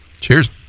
Cheers